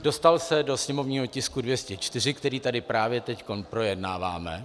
Dostal se do sněmovního tisku 204, který tady právě teď projednáváme.